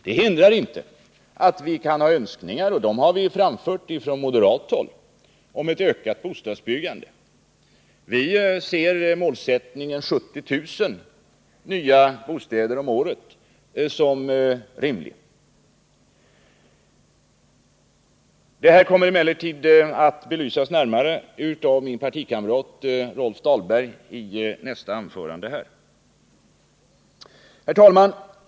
Det hindrar inte att vi kan ha önskningar, och vi har från moderat håll framfört önskemål om ökat bostadsbyggande. Vi ser målsättningen 70 000 nya bostäder om året som rimlig. Det här kommer emellertid att belysas närmare av min partikamrat Rolf Dahlberg i nästa anförande. Herr talman!